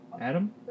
Adam